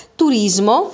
turismo